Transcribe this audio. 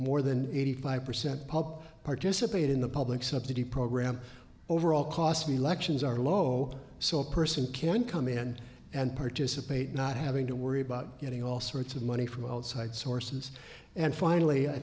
more than eighty five percent paul participate in the public subsidy program overall cost me elections are low so a person can come in and participate not having to worry about getting all sorts of money from outside sources and finally i